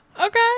Okay